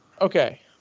Okay